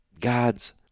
God's